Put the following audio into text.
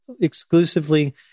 exclusively